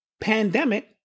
pandemic